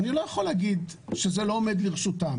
אני לא יכול להגיד שזה לא עומד לרשותם.